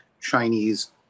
Chinese